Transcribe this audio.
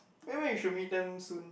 maybe we should meet them soon